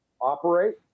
operate